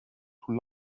too